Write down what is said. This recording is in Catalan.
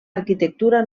arquitectura